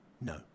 No